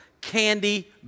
candy